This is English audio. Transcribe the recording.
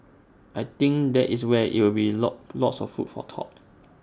I think that is where IT will lot lots of food for thought